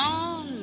on